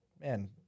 man